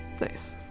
Nice